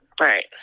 Right